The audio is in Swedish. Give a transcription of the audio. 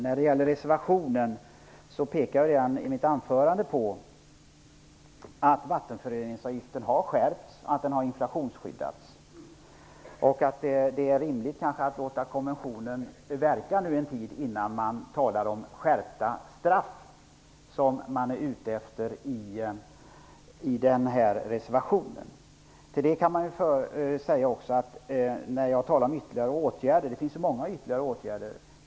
När det gäller reservationen pekade jag redan i mitt anförande på att vattenföroreningsavgiften har skärpts och att den har inflationsskyddats. Det är kanske rimligt att nu låta konventionen verka en tid innan man talar om skärpta straff, något som man är ute efter i reservationen. Till detta kan, när jag talar om ytterligare åtgärder, sägas att det ju finns många ytterligare åtgärder.